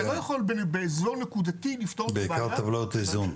אתה לא יכול באזור נקודתי לפתור את הבעיה --- בעיקר טבלאות איזון,